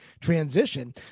transition